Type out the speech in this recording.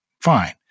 fine